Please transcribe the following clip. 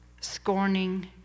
scorning